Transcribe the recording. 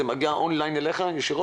זה מגיע אליך און ליין ישירות?